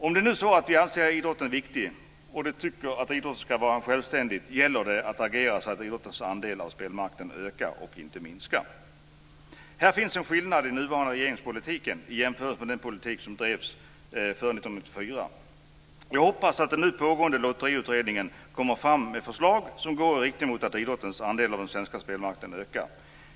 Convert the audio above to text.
Om vi anser att idrotten är viktig och vi tycker att idrotten ska vara självständig, gäller det att agera så att idrottens andel av spelmarknaden ökar och inte minskar. Det finns en skillnad mellan den nuvarande regeringspolitiken och den politik som drevs före 1994. Jag hoppas att den nu pågående Lotteriutredningen kommer fram med förslag som går i riktning mot att idrottens andel av den svenska spelmarknaden ökar.